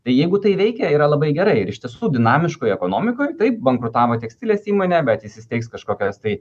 tai jeigu tai veikia yra labai gerai ir iš tiesų dinamiškoj ekonomikoj taip bankrutavo tekstilės įmonė bet įsisteigs kažkokios tai